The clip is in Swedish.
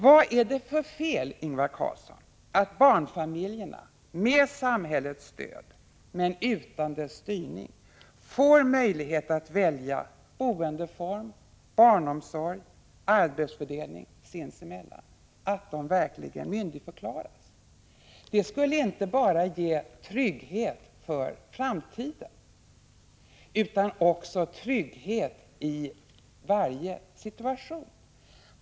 Vad är det för fel, Ingvar Carlsson, att barnfamiljerna med samhällets stöd, men utan dess styrning, får möjligheter att välja boendeform, barnomsorgsform och arbetsfördelning sinsemellan, att barnfamiljerna verkligen myndigförklaras? Det skulle inte bara ge trygghet för framtiden utan också trygghet i varje situation.